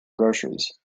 groceries